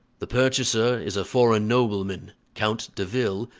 the purchaser is a foreign nobleman count de ville,